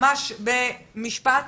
בבקשה.